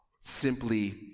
simply